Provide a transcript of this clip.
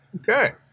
Okay